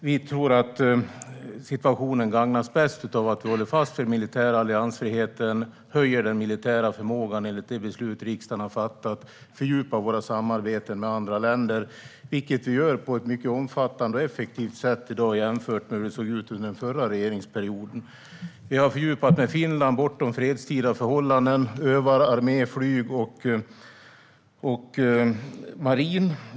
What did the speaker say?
Vi tror att situationen gagnas bäst av att vi håller fast vid den militära alliansfriheten, höjer den militära förmågan enligt det beslut som riksdagen har fattat och fördjupar våra samarbeten med andra länder, vilket vi gör på ett mycket omfattande och effektivt sätt i dag jämfört med hur det såg ut under den förra regeringsperioden. Vi har fördjupat samarbetet med Finland bortom fredstida förhållanden och övar armé, flyg och marin.